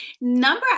Number